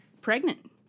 pregnant